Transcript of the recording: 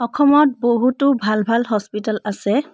অসমত বহুতো ভাল ভাল হস্পিটেল আছে